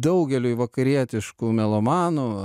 daugeliui vakarietiškų melomanų